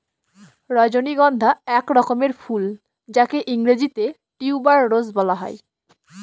রজনীগন্ধা এক রকমের ফুল যাকে ইংরেজিতে টিউবার রোজ বলা হয়